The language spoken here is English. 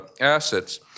assets